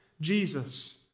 Jesus